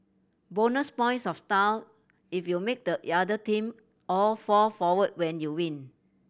bonus points of style if you make the other team all fall forward when you win